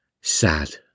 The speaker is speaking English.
Sad